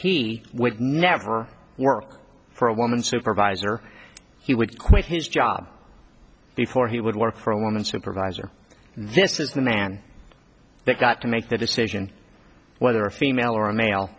that he would never work for a woman supervisor he would quit his job before he would work for a woman supervisor this is the man that got to make the decision whether a female or a male